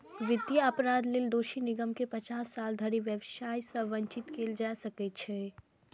वित्तीय अपराध लेल दोषी निगम कें पचास साल धरि व्यवसाय सं वंचित कैल जा सकै छै